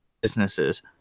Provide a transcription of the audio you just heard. businesses